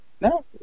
no